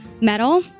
metal